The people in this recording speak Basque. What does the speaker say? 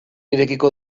irekiko